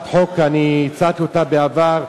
אני הצעתי את הצעת החוק בעבר,